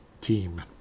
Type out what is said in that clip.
team